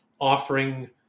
offering